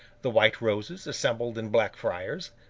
the white roses assembled in blackfriars,